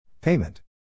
Payment